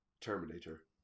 Terminator